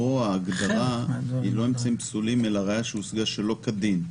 פה ההגדרה היא לא "אמצעים פסולים" אלא "ראיה שהושגה שלא כדין".